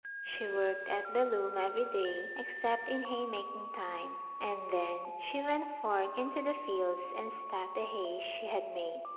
she worked at the loom every day except in hay making time, and then she went forth into the fields and stacked the hay she had made.